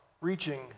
reaching